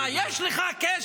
מה, יש לך קשר?